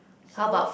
so what